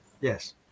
yes